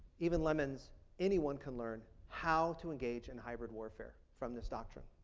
even lemons anyone can learn how to engage in hybrid warfare from this doctrine.